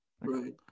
Right